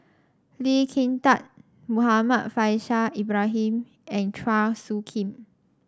Lee Kin Tat Muhammad Faishal Ibrahim and Chua Soo Khim